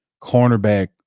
cornerback